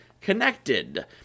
connected